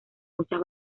muchas